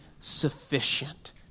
sufficient